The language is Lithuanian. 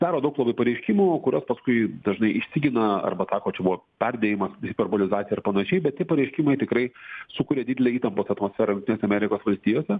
daro daug labai pareiškimų kuriuos paskui dažnai išsigina arba sako čia buvo perdėjimas hiperbolizacija ir panašiai bet tie pareiškimai tikrai sukuria didelę įtampos atmosferą jungtinėse amerikos valstijose